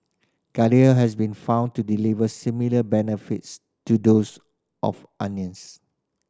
garlic has been found to deliver similar benefits to those of onions